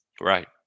Right